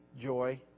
joy